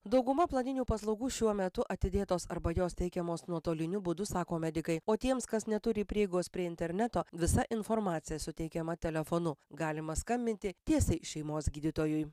dauguma planinių paslaugų šiuo metu atidėtos arba jos teikiamos nuotoliniu būdu sako medikai o tiems kas neturi prieigos prie interneto visa informacija suteikiama telefonu galima skambinti tiesiai šeimos gydytojui